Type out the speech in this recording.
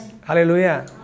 Hallelujah